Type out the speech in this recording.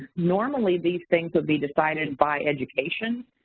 normally, these things would be decided by education,